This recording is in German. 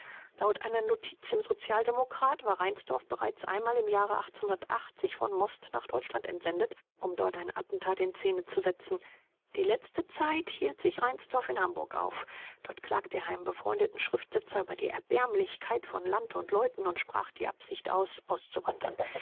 laut einer notiz im sozialdemokrat war reinsdorf bereits einmal im jahre von most nach deutschland entsendet um dort ein attentat in szene zu setzen die letzte zeit hielt sich reinsdorf in hamburg auf dort klagte er einem befreundeten schriftsetzer über die erbärmlichkeit von land und leuten und sprach die absicht aus auszuwandern